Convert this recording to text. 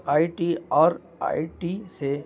آئی T اور I T سے